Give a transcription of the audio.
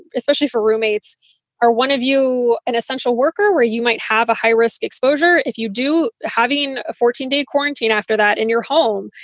especially for roommates or one of you, an essential worker, where you might have a high risk exposure if you do having a fourteen day quarantine after that in your home,